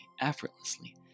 effortlessly